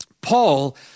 Paul